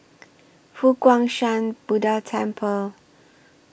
Fo Guang Shan Buddha Temple